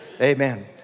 Amen